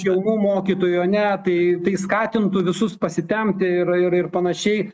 jaunų mokytojų ar ne tai tai skatintų visus pasitempti ir ir panašiai